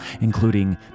including